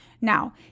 Now